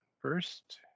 first